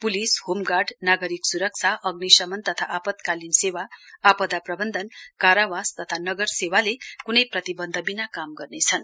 पुलस होमगार्ड नागरिक सुरक्षा आग्निशमन तथा आपतकालीन सेवा आपदा प्रवन्धन कारावास तथा नगर सेवाले कुनै प्रतिवन्धविना काम गर्नेछन्